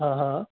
हा हा